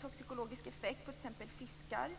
toxikologisk effekt på t.ex. fiskar.